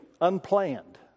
Unplanned